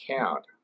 account